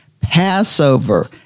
Passover